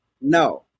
No